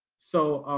so,